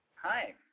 Hi